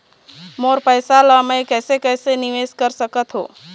मोर पैसा ला मैं कैसे कैसे निवेश कर सकत हो?